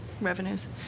revenues